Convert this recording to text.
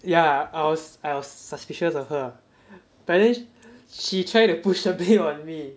yeah I was I was suspicious of her but then but then she try to push her blame on me